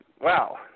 Wow